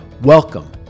Welcome